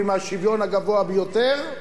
ועם האי-שוויון הגבוה ביותר,